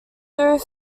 through